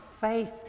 faith